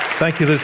thank you, liz